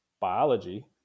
biology